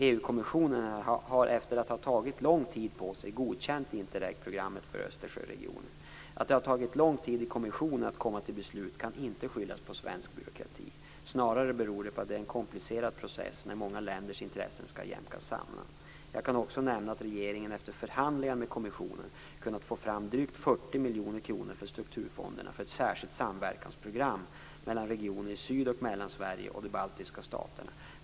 EU-kommissionen har efter att ha tagit lång tid på sig godkänt Interregprogrammet för Östersjöregionen. Att det har tagit lång tid i kommissionen att komma till beslut kan inte skyllas på svensk byråkrati. Snarare beror det på att det är en komplicerad process när många länders intressen skall jämkas samman. Jag kan också nämna att regeringen efter förhandlingar med kommissionen kunnat få fram drygt 40 miljoner kronor från strukturfonderna för ett särskilt samverkansprogram mellan regioner i Syd och Mellansverige och de baltiska staterna.